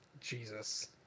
Jesus